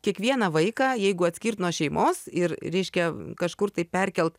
kiekvieną vaiką jeigu atskirt nuo šeimos ir reiškia kažkur tai perkelt